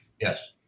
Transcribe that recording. Yes